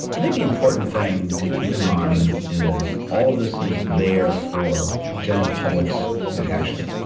i think the important thing to keep in mind is all of this is there for the general public's protection.